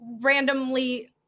randomly